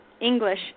English